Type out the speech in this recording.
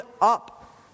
up